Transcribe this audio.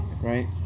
right